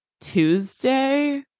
Tuesday